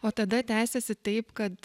o tada tęsėsi taip kad